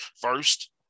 first